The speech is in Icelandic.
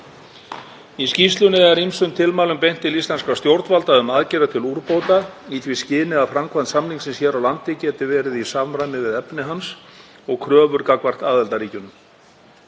Í skýrslunni er ýmsum tilmælum beint til íslenskra stjórnvalda um aðgerðir til úrbóta í því skyni að framkvæmd samningsins hér á landi geti verið í samræmi við efni hans og kröfur gagnvart aðildarríkjunum.